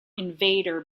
invader